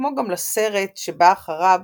כמו גם לסרט שבא אחריו